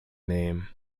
name